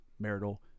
marital